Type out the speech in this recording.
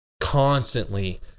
constantly